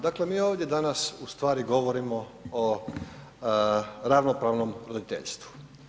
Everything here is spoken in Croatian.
Dakle, mi ovdje danas u stvari govorimo o ravnopravnom roditeljstvu.